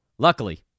Luckily